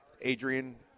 Adrian